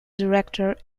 director